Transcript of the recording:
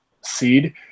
seed